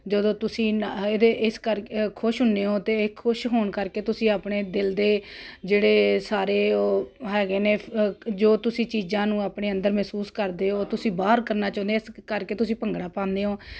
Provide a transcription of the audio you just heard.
ਜਦੋਂ ਤੁਸੀਂ ਇਹਨਾਂ ਇਹਦੇ ਇਸ ਕਰਕੇ ਖੁਸ਼ ਹੁੰਦੇ ਹੋ ਅਤੇ ਖੁਸ਼ ਹੋਣ ਕਰਕੇ ਤੁਸੀਂ ਆਪਣੇ ਦਿਲ ਦੇ ਜਿਹੜੇ ਸਾਰੇ ਉਹ ਹੈਗੇ ਨੇ ਜੋ ਤੁਸੀਂ ਚੀਜ਼ਾਂ ਨੂੰ ਆਪਣੇ ਅੰਦਰ ਮਹਿਸੂਸ ਕਰਦੇ ਹੋ ਤੁਸੀਂ ਬਾਹਰ ਕਰਨਾ ਚਾਹੁੰਦੇ ਹੋ ਇਸ ਕਰਕੇ ਤੁਸੀਂ ਭੰਗੜਾ ਪਾਉਂਦੇ ਹੋ